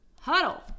huddle